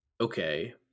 okay